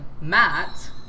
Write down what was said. Matt